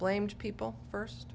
blamed people first